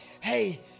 Hey